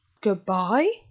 goodbye